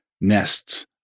nests